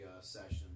session